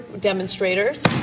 demonstrators